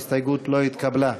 ההסתייגות לא התקבלה.